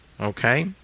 Okay